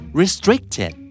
restricted